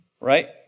right